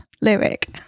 lyric